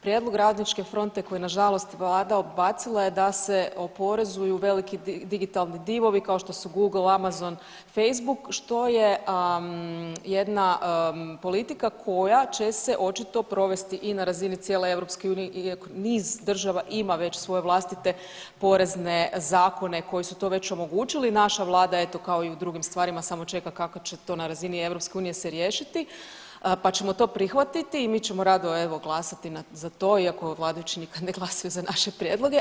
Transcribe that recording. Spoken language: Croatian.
Prijedlog RF koji je nažalost vlada odbacila je da se oporezuju veliki digitalni divovi kao što su Google, Amazon, Facebook, što je jedna politika koja će se očito provesti i na razini cijele EU iako niz država ima već svoje vlastite porezne zakone koji su to već omogućili, naša vlada eto kao i drugim stvarima samo čeka kako će to na razini EU se riješiti, pa ćemo to prihvatiti i mi ćemo rado evo glasati za to iako vladajući nikad ne glasaju za naše prijedloge.